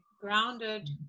grounded